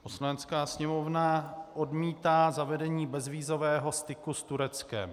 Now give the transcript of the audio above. Poslanecká sněmovna odmítá zavedení bezvízového styku s Tureckem.